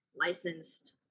licensed